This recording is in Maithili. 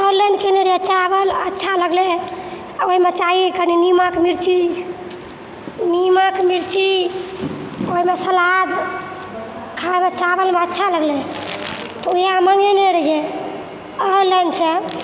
ऑनलाइन कयने रहियै चावल अच्छा लगलै आ ओहिमे चाही कने निमक मिर्ची निमक मिर्ची ओहिमे सलाद खायमे चावलमे अच्छा लगलै तऽ वएह मङ्गेने रहियै ऑनलाइन सँ